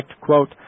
quote